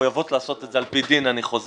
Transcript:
ומחויבות לעשות את זה על פי דין אני חוזר,